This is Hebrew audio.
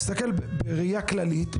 תסתכל בראייה כללית,